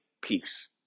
peace